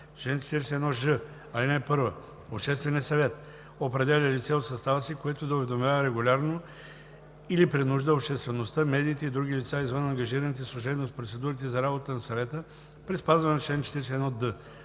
Чл. 41ж. (1) Общественият съвет определя лице от състава си, което да уведомява регулярно или при нужда обществеността, медиите и други лица, извън ангажираните служебно с процедурите за работата на съвета, при спазване на чл. 41д.